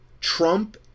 trump